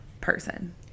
person